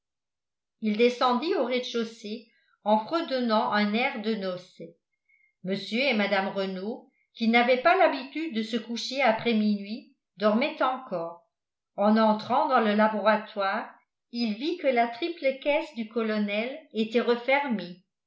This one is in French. il descendit au rez-de-chaussée en fredonnant un air des nozze mr et mme renault qui n'avaient pas l'habitude de se coucher après minuit dormaient encore en entrant dans le laboratoire il vit que la triple caisse du colonel était refermée